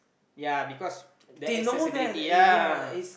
ya because the accessibility ya